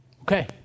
Okay